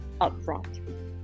upfront